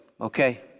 okay